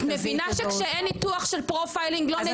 את מבינה שכשאין ניתוח של "פרופיילינג" לא נדע את זה?